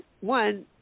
one